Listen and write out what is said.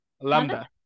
lambda